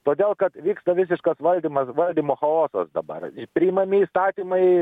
todėl kad vyksta visiškas valdymas valdymo chaosas dabar priimami įstatymai